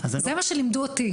זה מה שלימדו אותי.